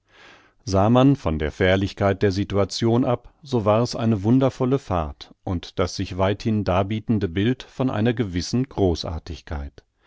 sah man von der fährlichkeit der situation ab so war es eine wundervolle fahrt und das sich weithin darbietende bild von einer gewissen großartigkeit